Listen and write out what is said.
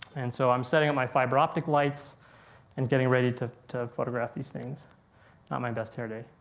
and so i'm setting up my fiber-optic lights and getting ready to to photograph these things. not my best hair day.